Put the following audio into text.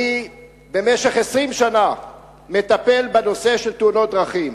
אני במשך 20 שנה מטפל בנושא של תאונות דרכים.